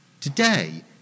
Today